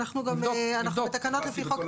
תבדוק.